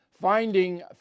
Finding